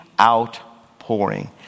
outpouring